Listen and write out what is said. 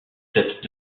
têtes